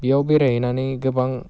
बेयाव बेरायहैनानै गोबां